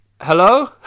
hello